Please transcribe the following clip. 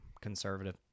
conservative